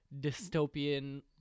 dystopian